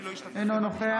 אינו נוכח